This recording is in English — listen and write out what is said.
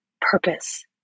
purpose